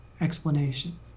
explanation